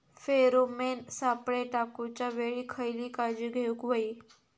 Pheromone सापळे टाकूच्या वेळी खयली काळजी घेवूक व्हयी?